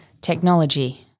technology